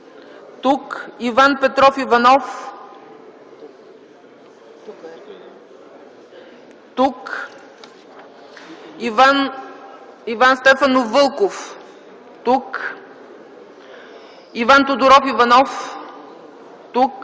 тук Иван Петров Иванов - тук Иван Стефанов Вълков - тук Иван Тодоров Иванов - тук